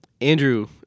Andrew